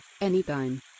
anytime